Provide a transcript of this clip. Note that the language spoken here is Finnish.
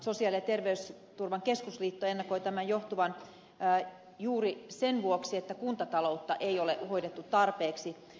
sosiaali ja terveysturvan keskusliitto ennakoi tämän johtuvan juuri siitä että kuntataloutta ei ole hoidettu tarpeeksi